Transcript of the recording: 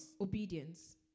Obedience